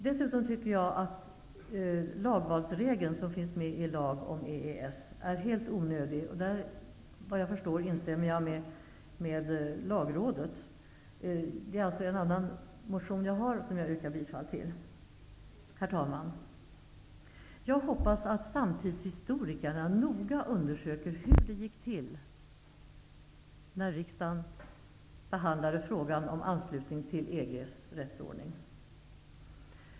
Dessutom tycker jag att lagvalsregeln som finns med i lag om EES är helt onödig. Jag instämmer i vad lagrådet har sagt. Det är således fråga om en annan av mina motioner, som jag yrkar bifall till. Herr talman! Jag hoppas att samtidshistorikerna noga undersöker hur det gick till när riksdagen behandlade frågan om anslutning till EG:s rättsordning.